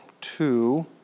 two